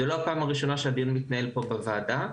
זו לא הפעם הראשונה שהדיון מתנהל פה בוועדה,